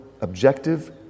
objective